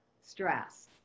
stress